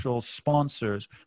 sponsors